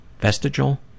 Vestigial